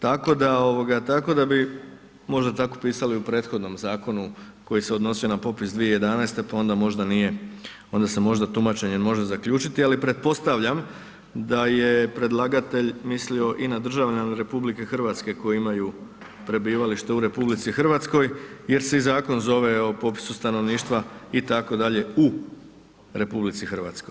Tako da ovoga, tako da mi možda je tako pisalo i u prethodnom zakonu koji se odnosio na popis 2011., pa onda možda nije, onda se možda tumačenjem može zaključiti, ali pretpostavljam da je predlagatelj mislio i na državljane RH koji imaju prebivalište u RH jer se i zakon zove o popisu stanovništva itd. u RH.